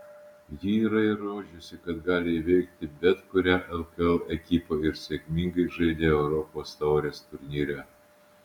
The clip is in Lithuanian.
ji yra įrodžiusi kad gali įveikti bet kurią lkl ekipą ir sėkmingai žaidė europos taurės turnyre